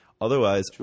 Otherwise